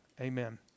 Amen